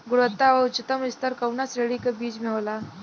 गुणवत्ता क उच्चतम स्तर कउना श्रेणी क बीज मे होला?